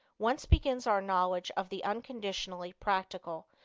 whence begins our knowledge of the unconditionally practical,